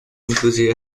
euthanasia